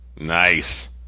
Nice